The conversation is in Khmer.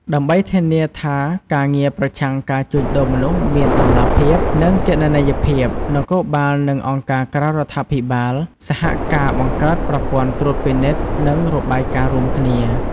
ដើម្បីធានាថាការងារប្រឆាំងការជួញដូរមនុស្សមានតម្លាភាព និងគណនេយ្យភាព នគរបាល និងអង្គការក្រៅរដ្ឋាភិបាលសហការបង្កើតប្រព័ន្ធត្រួតពិនិត្យ និងរបាយការណ៍រួមគ្នា។